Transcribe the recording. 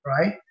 right